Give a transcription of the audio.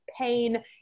pain